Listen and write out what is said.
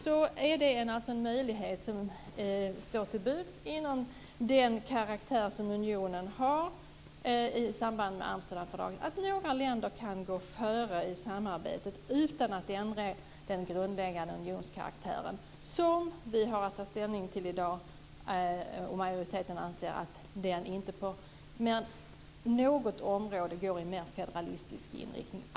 Det är en möjlighet i samband med Amsterdamfördraget som står till buds med den karaktär som unionen har. Några länder kan gå före i samarbetet utan att ändra den grundläggande unionskaraktären. Det är den frågan vi har att ta ställning till i dag, och majoriteten anser att den inte på något område går i mer federalistisk inriktning.